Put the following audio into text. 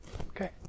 Okay